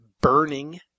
burning